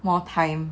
more time